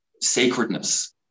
sacredness